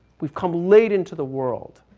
we've come late into the world.